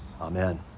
Amen